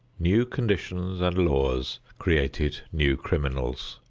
new conditions and laws created new criminals.